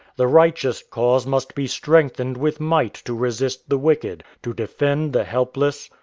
the righteous cause must be strengthened with might to resist the wicked, to defend the helpless,